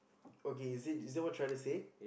okay is it is that what you're trying to say